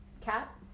cat